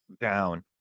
down